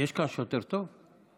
יש כאן שוטר טוב?